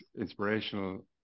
inspirational